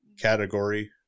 category